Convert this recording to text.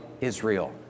Israel